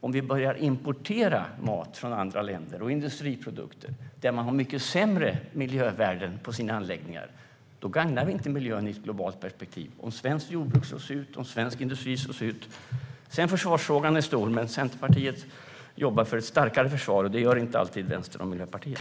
Om vi börjar importera mat och industriprodukter från andra länder där man har mycket sämre miljövärden på sina anläggningar gagnar det inte miljön i ett globalt perspektiv om svenskt jordbruk och svensk industri slås ut. Försvarsfrågan är stor. Centerpartiet jobbar för ett starkare försvar, och det gör inte alltid Vänstern och Miljöpartiet.